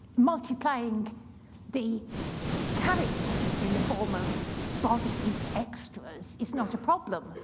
multiplying the characters in the form of bodies, extras, is not a problem.